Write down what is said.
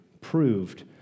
proved